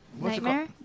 Nightmare